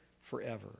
forever